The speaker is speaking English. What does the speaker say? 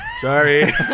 sorry